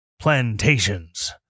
Plantations